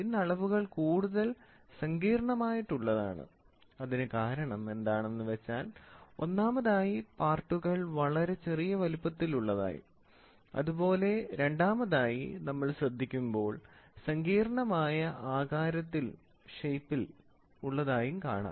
ഇന്ന് അളവുകൾ കൂടുതൽ സങ്കീർണമായിട്ടുള്ളതാണ് അതിന് കാരണം എന്താണെന്ന് വെച്ചാൽ ഒന്നാമതായി പാർട്ടുകൾ വളരെ ചെറിയ വലുപ്പത്തിലുള്ളതായി അതുപോലെ രണ്ടാമതായി നമ്മൾ ശ്രദ്ധിക്കുമ്പോൾ സങ്കീർണമായ ആകാരത്തിൽ ഉള്ളതായും കാണാം